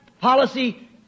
policy